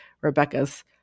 Rebecca's